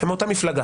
הם מאותה מפלגה,